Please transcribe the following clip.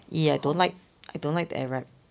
!ee! I don't like I don't like the airwrap